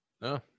No